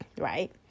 right